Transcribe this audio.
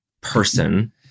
person